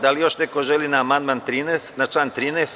Da li još neko želi po amandmanu na član 13?